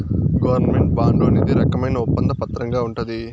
government bond అనేది రకమైన ఒప్పంద పత్రంగా ఉంటది